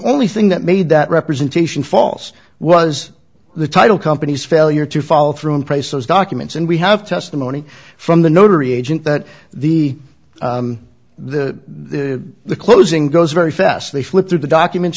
only thing that made that representation false was the title company's failure to follow through and place those documents and we have testimony from the notary agent that the the the closing goes very fast they flip through the documents